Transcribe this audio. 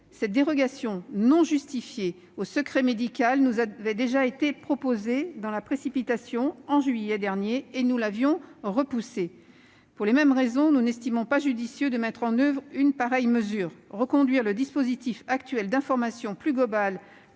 Cette dérogation injustifiée au secret médical nous avait déjà été proposée, dans la précipitation, en juillet dernier, et nous l'avions alors repoussée. Pour les mêmes raisons, nous estimons qu'il n'est pas judicieux de mettre en oeuvre une pareille mesure. Reconduire le dispositif actuel d'information des